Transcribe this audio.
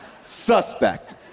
suspect